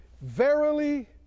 Verily